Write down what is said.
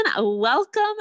welcome